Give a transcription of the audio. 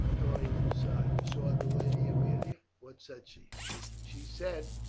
drawing him aside, you saw the lady aemilia. what said she? she said,